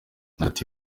yagize